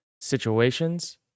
situations